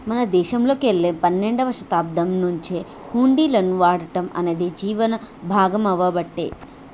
మన దేశంలోకెల్లి పన్నెండవ శతాబ్దం నుంచే హుండీలను వాడటం అనేది జీవనం భాగామవ్వబట్టే